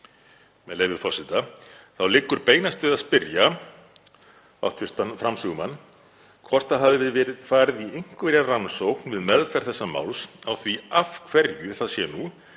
með leyfi forseta: „Þá liggur beinast við að spyrja hv. framsögumann hvort það hafi verið farið í einhverja rannsókn við meðferð þessa máls á því af hverju það sé nú,